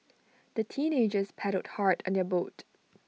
the teenagers paddled hard on their boat